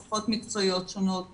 שפות מקצועיות שונות,